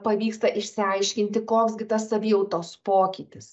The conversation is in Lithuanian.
pavyksta išsiaiškinti koks gi tas savijautos pokytis